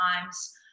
times